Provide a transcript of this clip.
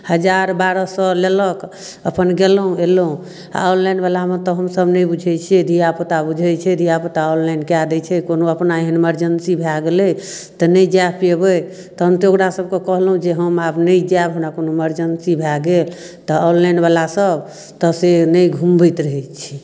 हजार बारह सओ लेलक अपन गेलहुँ अएलहुँ आओर ऑनलाइनवलामे तऽ हमसभ नहि बुझै छिए धिआपुता बुझै छै धिआपुता ऑनलाइन कऽ दै छै कोनो अपना एहन इमरजेन्सी भऽ गेलै तऽ नहि जा पेबै तहन तऽ ओकरासभके कहलहुँ जे हम आब नहि जाएब हमरा कोनो इमरजेन्सी भऽ गेल तऽ ऑनलाइनवला सब तऽ से नहि घुमबैत रहै छै